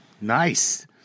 Nice